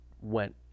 went